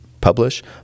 Publish